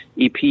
EP